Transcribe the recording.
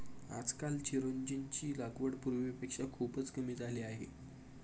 आजकाल चिरोंजीची लागवड पूर्वीपेक्षा खूपच कमी झाली आहे